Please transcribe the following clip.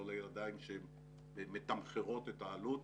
לא לידיים שמתמחרות את העלות,